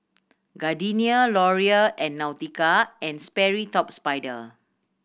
Gardenia Laurier and Nautica and Sperry Top Sider